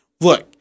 Look